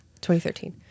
2013